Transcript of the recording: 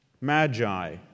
magi